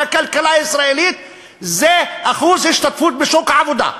של הכלכלה הישראלית זה אחוז ההשתתפות בשוק העבודה.